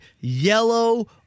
yellow